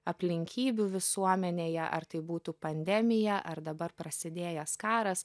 aplinkybių visuomenėje ar tai būtų pandemija ar dabar prasidėjęs karas